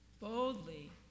Boldly